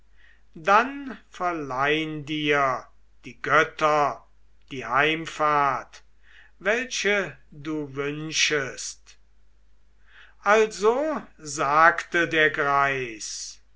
dann verleihn dir die götter die heimfahrt welche du wünschest also sagte der greis